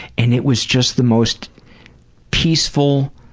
and it was just the most peaceful,